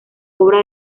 obras